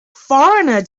foreigner